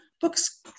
books